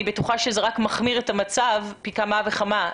אני בטוחה שזה רק מחמיר את המצב פי כמה וכמה.